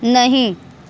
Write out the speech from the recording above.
नहीं